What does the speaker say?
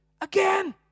again